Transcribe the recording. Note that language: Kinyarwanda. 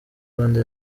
rwanda